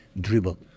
dribble